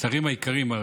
השרים היקרים,